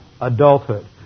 adulthood